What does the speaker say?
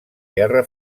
guerra